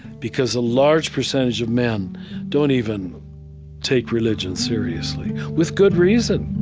because a large percentage of men don't even take religion seriously, with good reason